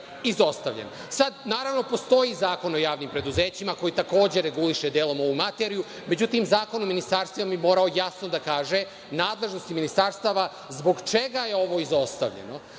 izostavljen. Postoji Zakon o javnim preduzećima, koji takođe reguliše delom ovu materiju, međutim Zakon o ministarstvima bi morao jasno da kaže – nadležnosti ministarstava zbog čega je ovo izostavljeno.